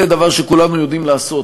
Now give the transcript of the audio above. זה דבר שכולנו יודעים לעשות,